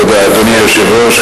אדוני היושב-ראש,